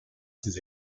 ses